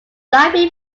library